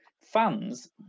Fans